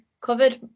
covered